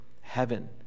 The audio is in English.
heaven